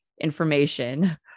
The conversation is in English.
information